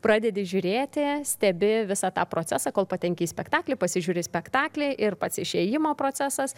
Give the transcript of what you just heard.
pradedi žiūrėti stebi visą tą procesą kol patenki į spektaklį pasižiūri spektaklį ir pats išėjimo procesas